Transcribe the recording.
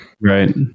right